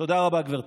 תודה רבה, גברתי.